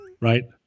right